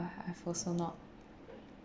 I have also not